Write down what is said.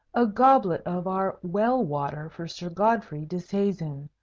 a goblet of our well-water for sir godfrey disseisin.